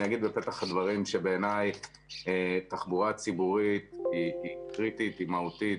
אני אומר בפתח הדברים שבעיניי תחבורה ציבורית היא קריטית ומהותית.